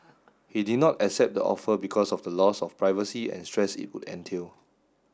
he did not accept the offer because of the loss of privacy and stress it would entail